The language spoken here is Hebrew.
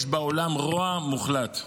יש בעולם רוע מוחלט.